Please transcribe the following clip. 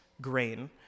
grain